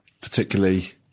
particularly